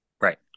Right